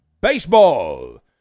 baseball